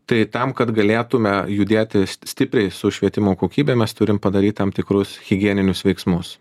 tai tam kad galėtume judėti sti stipriai su švietimo kokybe mes turim padaryt tam tikrus higieninius veiksmus